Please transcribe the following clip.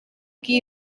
key